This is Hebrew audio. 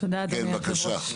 כן בבקשה.